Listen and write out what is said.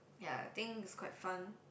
ya think is quite fun